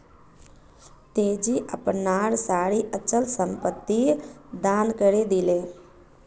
तेजी अपनार सारी अचल संपत्ति दान करे दिले